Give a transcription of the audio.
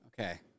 Okay